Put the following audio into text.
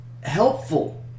helpful